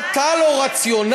אתה לא רציונלי,